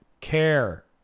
Care